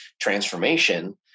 transformation